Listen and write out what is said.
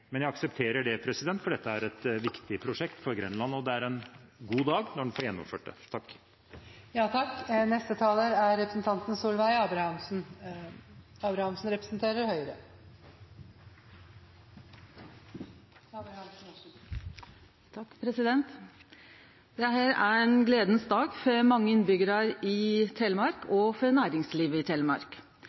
men jeg aksepterer det fordi dette er et viktig prosjekt for Grenland, og det er en god dag når det er gjennomført. Dette er ein gledeleg dag for mange innbyggjarar og for næringslivet i Telemark.